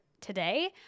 today